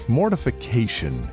mortification